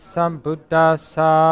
Sambuddhasa